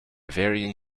varying